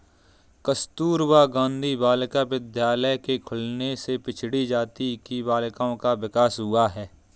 कस्तूरबा गाँधी बालिका विद्यालय के खुलने से पिछड़ी जाति की बालिकाओं का विकास हुआ है